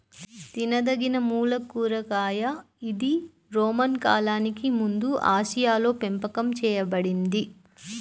తినదగినమూల కూరగాయ ఇది రోమన్ కాలానికి ముందుఆసియాలోపెంపకం చేయబడింది